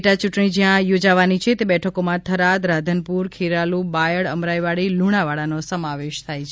પેટાયૂંટણી જ્યાં યોજાવાની છે તે બેઠકોમાં થરાદ રાધનપુર ખેરાલુ બાયડ અમરાઇવાડી લુણાવાડાનો સમાવેશ થાય છે